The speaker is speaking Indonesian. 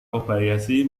kobayashi